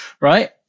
Right